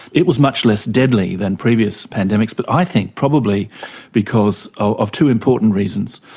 it was much less deadly than previous pandemics but i think probably because of two important reasons,